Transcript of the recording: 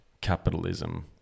capitalism